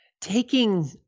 taking